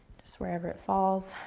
just wherever it falls.